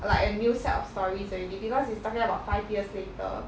like a new set of stories already because it's talking about five years later